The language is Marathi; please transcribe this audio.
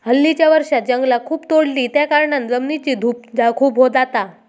हल्लीच्या वर्षांत जंगला खूप तोडली त्याकारणान जमिनीची धूप खूप जाता